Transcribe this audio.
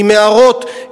ממערות,